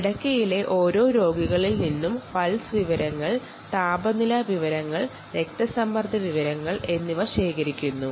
കിടക്കയിലെ ഓരോ രോഗികളിൽ നിന്നും പൾസ് താപനില രക്തസമ്മർദ്ദo തുടങ്ങിയ വിവരങ്ങൾ ശേഖരിക്കുന്നു